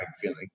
feeling